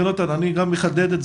אני אחדד.